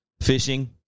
fishing